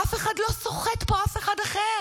אף אחד לא סוחט פה אף אחד אחר.